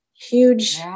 huge